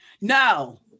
No